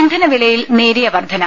ഇന്ധനവിലയിൽ നേരിയ വർധന